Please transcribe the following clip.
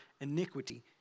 iniquity